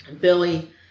Billy